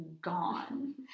gone